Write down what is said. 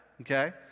Okay